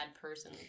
person